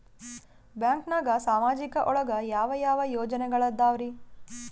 ಬ್ಯಾಂಕ್ನಾಗ ಸಾಮಾಜಿಕ ಒಳಗ ಯಾವ ಯಾವ ಯೋಜನೆಗಳಿದ್ದಾವ್ರಿ?